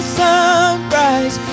sunrise